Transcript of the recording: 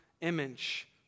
image